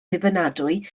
ddibynadwy